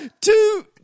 Two